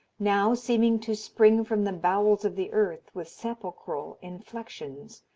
now seeming to spring from the bowels of the earth with sepulchral inflexions,